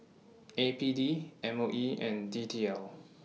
A P D M O E and D T L